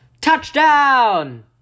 Touchdown